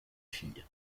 fille